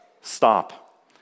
Stop